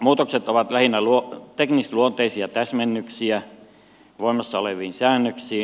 muutokset ovat lähinnä teknisluonteisia täsmennyksiä voimassa oleviin säännöksiin